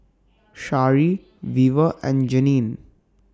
Shari Weaver and Janene